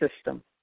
system